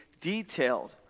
detailed